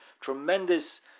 tremendous